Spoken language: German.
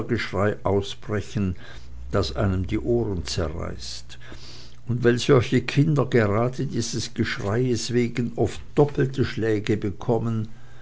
ausbrechen das einem die ohren zerreißt und wenn solche kinder gerade dieses geschreies wegen oft doppelte schläge bekommen